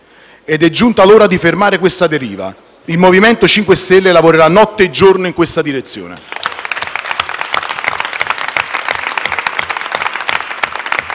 ed è giunta l'ora di fermare questa deriva. Il MoVimento 5 Stelle lavorerà notte e giorno in questa direzione.